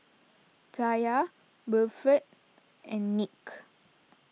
Taya Wilfrid and Nick